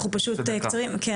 אנחנו פשוט קצרים.